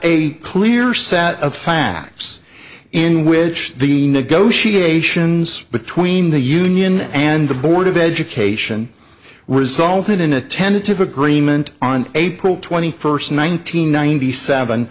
a clear set of facts in which the negotiations between the union and the board of education resulted in a tentative agreement on april twenty first one nine hundred ninety seven